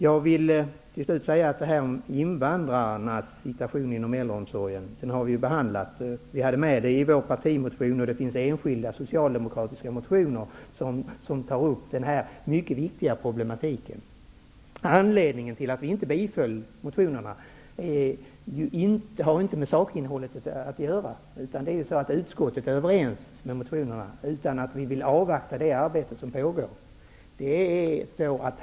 Till sist vill jag tala om detta med invandrarnas situation inom äldreomsorgen. Vi har ju behandlat detta. Vi hade med det i vår partimotion, och det finns enskilda socialdemokratiska motioner som tar upp den här mycket viktiga problematiken. Att vi inte biföll motionerna har inte med sakinnehållet att göra -- i utskottet är man ju överens vad gäller motionerna --, utan med att vi vill avvakta det arbete som pågår.